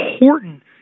important